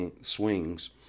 swings